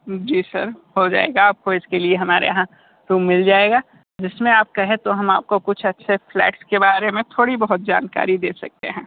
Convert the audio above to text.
जी sir हो जाएगा आपको इसके लिए हमारे यहाँ रूम मिल जाएगा जिसमें आप कहें तो हम आपको कुछ अच्छे फ्लैट्स के बारे में थोड़ी बहुत जानकारी दे सकते हैं